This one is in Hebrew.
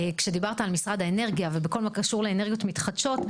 כשדיברת על משרד האנרגיה ובכל הקשור לאנרגיות מתחדשות,